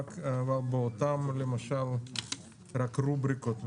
אבל באותן למשל רובריקות,